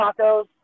Tacos